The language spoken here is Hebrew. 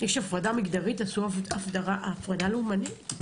יש הפרדה מגדרית, תעשו הפרדה לאומנית.